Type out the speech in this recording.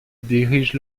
dirige